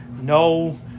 No